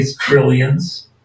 trillions